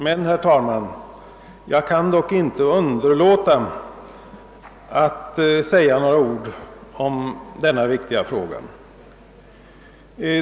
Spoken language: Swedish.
Men jag kan, herr talman, inte underlåta att säga ett par ord om denna viktiga fråga.